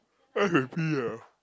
F and B ah